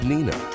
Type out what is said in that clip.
Nina